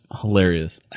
hilarious